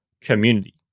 community